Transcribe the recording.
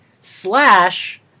slash